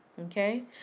okay